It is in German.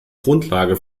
grundlage